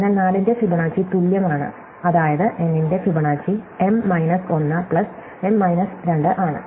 അതിനാൽ 4 ന്റെ ഫിബൊനാച്ചി തുല്യമാണ് അതായത് n ന്റെ Fibonacci m minus 1 plus m minus 2 ആണ്